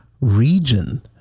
region